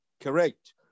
Correct